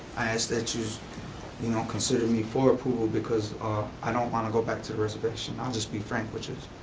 ask that yous you know consider me for approval because i don't want to go back to the reservation, i'll just be frank with yous,